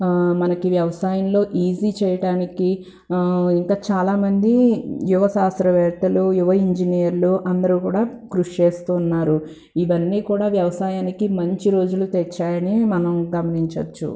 మనకి వ్యవసాయంలో ఈజీ చేయటానికి ఇంకా చాలా మంది యువ శాస్త్రవేత్తలు యువ ఇంజినీర్లు అందరూ కూడా కృషి చేస్తూ ఉన్నారు ఇవన్నీ కూడా వ్యవసాయానికి మంచి రోజులు తెచ్చాయని మనం గమనించొచ్చు